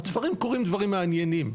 בתפרים קורים דברים מעניינים.